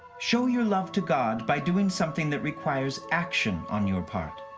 show your love to god by doing something that requires action on your part.